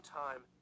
time